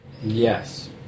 Yes